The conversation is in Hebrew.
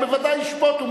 ובוודאי הוא ישפוט.